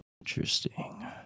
Interesting